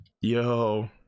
Yo